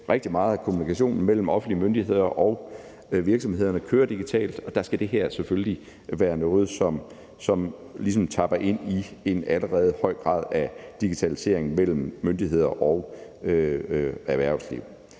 Rigtig meget af kommunikationen mellem offentlige myndigheder og virksomhederne kører digitalt, og der skal det her selvfølgelig være noget, som ligesom tapper ind i en allerede høj grad af digitalisering mellem myndigheder og erhvervsliv.